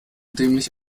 dämlich